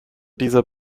dieser